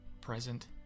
present